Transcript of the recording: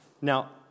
Now